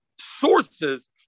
sources